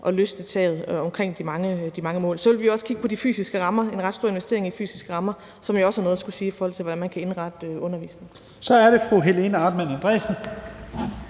at løsne taget omkring de mange mål. Så vil vi også kigge på de fysiske rammer – en ret stor investering i de fysiske rammer – som jo også har noget at sige, i forhold til hvordan man kan indrette undervisningen. Kl. 13:37 Første næstformand